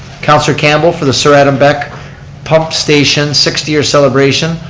councilor campbell for the sir adam beck pump station sixty year celebration,